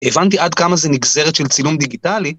הבנתי עד כמה זה נגזרת של צילום דיגיטלי.